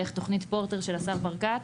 דרך תוכנית פורטר של השר ברקת,